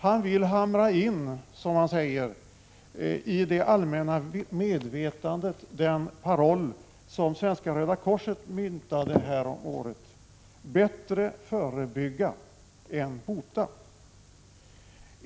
Han vill hamra in, som han säger, i det allmänna medvetandet den paroll som Svenska röda korset myntade häromåret: Bättre förebygga än bota.